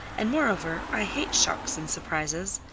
and moreover, i hate shocks and surprises.